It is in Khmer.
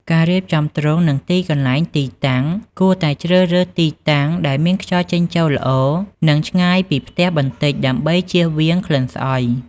ការរៀបចំទ្រុង និងទីកន្លែង ទីតាំង គួរតែជ្រើសរើសទីតាំងដែលមានខ្យល់ចេញចូលល្អ និងឆ្ងាយពីផ្ទះបន្តិចដើម្បីជៀសវាងក្លិនស្អុយ។